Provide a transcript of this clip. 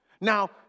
Now